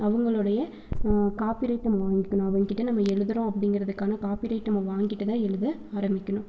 அவங்களுடைய காப்பிரைட் நம்ம வாங்கிக்கணும் அவங்ககிட்ட நம்ம எழுதுகிறோம் அப்படிங்கிறதுக்கான காப்பிரைட்டு நம்ம வாங்கிட்டுதான் எழுத ஆரம்பிக்கணும்